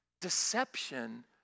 deception